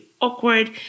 awkward